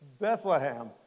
Bethlehem